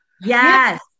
yes